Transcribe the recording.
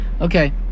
Okay